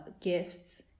gifts